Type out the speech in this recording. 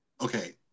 Okay